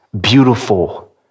beautiful